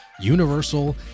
Universal